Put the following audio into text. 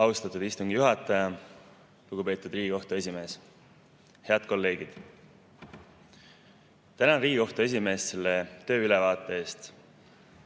Austatud istungi juhataja! Lugupeetud Riigikohtu esimees! Head kolleegid! Tänan Riigikohtu esimeest selle tööülevaate eest,